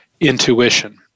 intuition